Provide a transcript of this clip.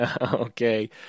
Okay